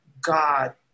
God